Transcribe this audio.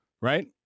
right